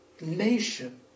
nation